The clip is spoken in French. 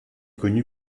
connu